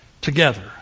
together